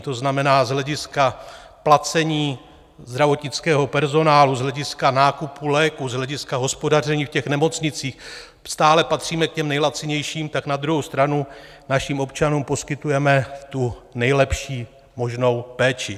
To znamená, z hlediska placení zdravotnického personálu, z hlediska nákupu léků, z hlediska hospodaření v nemocnicích stále patříme k těm nejlacinějším, tak na druhou stranu našim občanům poskytujeme tu nejlepší možnou péči.